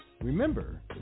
Remember